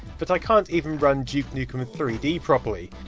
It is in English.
but i can't even run duke nukem three d properly.